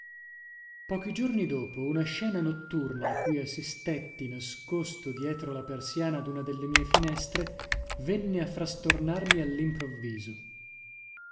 pochi giorni dopo una scena notturna a cui assistetti nascosto dietro la persiana duna delle mie finestre venne a frastornarmi allimprovviso